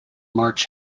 march